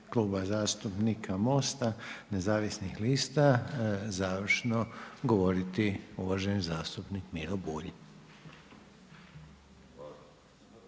Kluba zastupnika MOST-a nezavisnih lista, završno govoriti uvaženi zastupnik Miro Bulj.